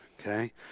Okay